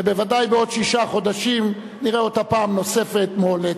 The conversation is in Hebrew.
ובוודאי בעוד שישה חודשים נראה אותה פעם נוספת מועלית.